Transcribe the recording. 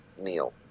Neil